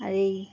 আর এই